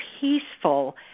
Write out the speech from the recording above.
peaceful